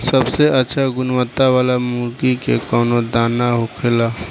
सबसे अच्छा गुणवत्ता वाला मुर्गी के कौन दाना होखेला?